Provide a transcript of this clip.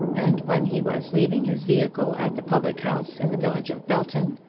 and when he was leaving his vehicle at the public-house in the village of belton,